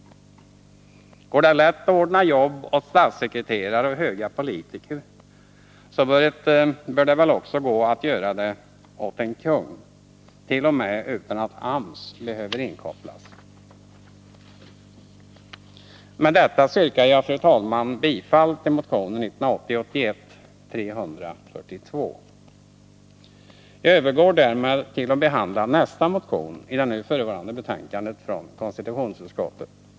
Går det lätt att ordna andra jobb åt statssekreterare och höga politiker, bör det väl också gå att göra det åt en kung, t.o.m. utan att AMS behöver inkopplas. Med detta yrkar jag, fru talman, bifall till motionen 1980/81:342. Jag övergår därmed till att behandla nästa motion i det nu förevarande betänkande från konstitutionsutskottet.